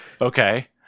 Okay